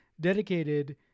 dedicated